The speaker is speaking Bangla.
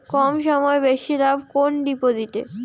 কম সময়ে বেশি লাভ কোন ডিপোজিটে?